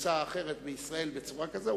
קבוצה אחרת מישראל בצורה כזאת,